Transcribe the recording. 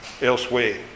elsewhere